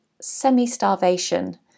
semi-starvation